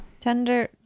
tender